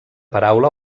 paraula